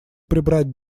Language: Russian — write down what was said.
прибрать